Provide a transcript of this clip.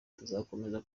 tuzakomeza